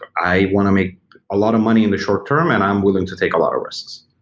i want to make a lot of money in the short term and i'm willing to take a lot of risks.